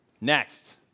Next